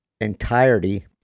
entirety